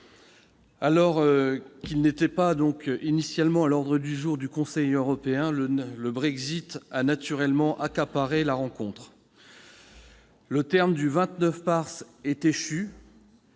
alors qu'il n'était pas initialement à l'ordre du jour du Conseil européen, le Brexit a naturellement accaparé la rencontre. Le terme du 29 mars est échu,